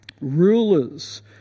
rulers